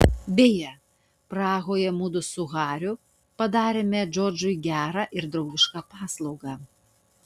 beje prahoje mudu su hariu padarėme džordžui gerą ir draugišką paslaugą